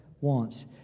wants